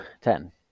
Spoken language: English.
ten